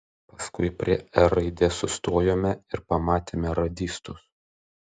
paskui prie r raidės sustojome ir pamatėme radistus